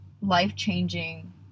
life-changing